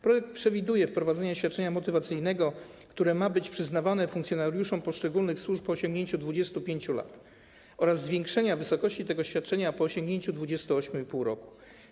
Projekt przewiduje wprowadzenie świadczenia motywacyjnego, które ma być przyznawane funkcjonariuszom poszczególnych służb po osiągnięciu 25 lat oraz zwiększenia wysokości tego świadczenia po osiągnięciu 28,5 roku.